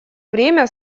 время